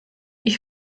ich